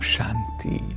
Shanti